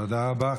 תודה רבה.